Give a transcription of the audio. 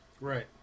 Right